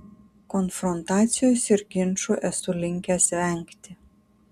konfrontacijos ir ginčų esu linkęs vengti